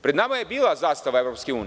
Pred nama je bila zastava EU.